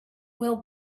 will